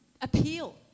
appeal